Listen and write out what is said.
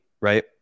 right